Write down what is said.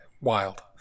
wild